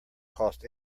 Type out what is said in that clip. cost